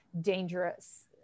dangerous